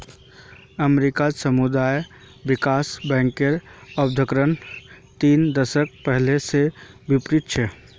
अमेरिकात सामुदायिक विकास बैंकेर अवधारणा तीन दशक पहले स विकसित छ